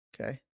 Okay